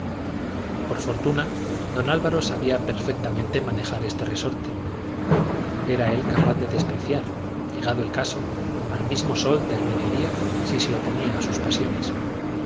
por fortuna don álvaro sabía perfectamente manejar este resorte era él capaz de despreciar llegado el caso al mismo sol del medio día si se oponía a sus pasiones